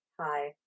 Hi